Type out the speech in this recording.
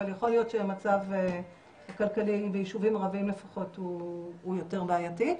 אבל יכול להיות שהמצב הכלכלי ביישובים ערביים לפחות הוא יותר בעייתי.